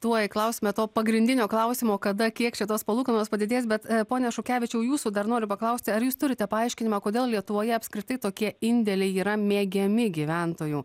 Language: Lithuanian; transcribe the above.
tuoj klausime to pagrindinio klausimo kada kiek čia tos palūkanos padidės bet pone šukevičiau jūsų dar noriu paklausti ar jūs turite paaiškinimą kodėl lietuvoje apskritai tokie indėliai yra mėgiami gyventojų